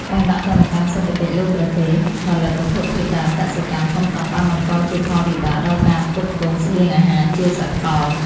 ការដាក់ទណ្ឌកម្មសេដ្ឋកិច្ចលើប្រទេសផលិតវត្ថុធាតុដើមកសិកម្មធំៗបានបង្កជាផលវិបាកដល់ការផ្គត់ផ្គង់ស្បៀងអាហារជាសកល។